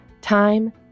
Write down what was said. Time